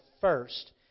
first